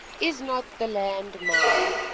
is not the land mine,